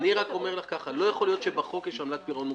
אני רק אומר לך ככה: לא יכול להיות שבחוק יש עמלת פירעון מוקדם.